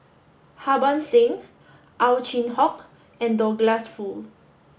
Harbans Singh Ow Chin Hock and Douglas Foo